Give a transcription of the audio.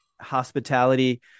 Hospitality